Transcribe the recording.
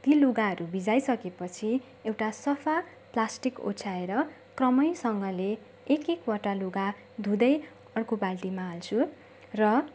ती लुगाहरू भिजाइसके पछि एउटा सफा प्लास्टिक ओछ्याएर क्रमसँगले एक एकवटा लुगा धुँदै अर्को बाल्टीमा हाल्छु र